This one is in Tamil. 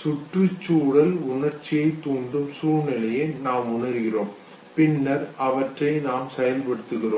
சுற்றுச்சூழலில் உணர்ச்சியை தூண்டும் சூழ்நிலையை நாம் உணர்கிறோம் பின்னர் அவற்றை நாம் செயல்படுத்துகிறோம்